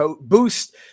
boost